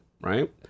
right